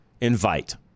invite